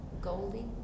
Goldie